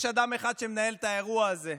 יש אדם אחד שמנהל את האירוע הזה,